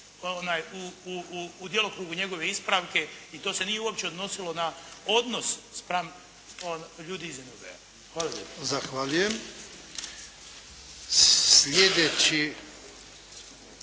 u djelokrugu njegove ispravke i to se nije uopće odnosilo na odnos spram ljudi iz … /Ne razumije se./